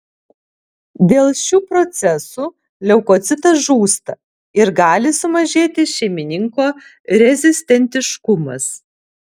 dėl šių procesų leukocitas žūsta ir gali sumažėti šeimininko rezistentiškumas